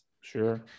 Sure